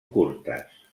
curtes